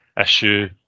issue